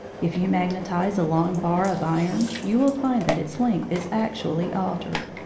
if you magnetise a long bar of iron you will find that its length is actually altered.